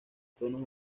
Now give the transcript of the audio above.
tonos